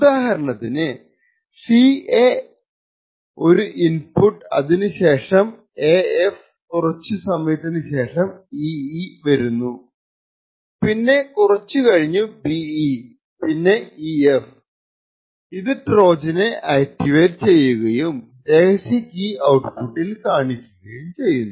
ഉദാഹരണത്തിന് ca ഒരു input അതിനു ശേഷം af കുറച്ചു സമയത്തിന് ശേഷം ee വരുന്നു പിന്നെ കുറച്ചു കഴിഞ്ഞു be പിന്നെ ef ഇത് ട്രോജനെ ആക്റ്റിവേറ്റ് ചെയ്യുകയും രഹസ്യ കീ ഔട്പുട്ടിൽ കാണുകയും ചെയ്യും